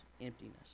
emptiness